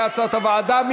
כהצעת הוועדה.